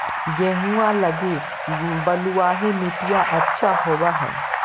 गेहुआ लगी बलुआ मिट्टियां अच्छा होव हैं?